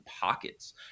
pockets